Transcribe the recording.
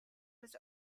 was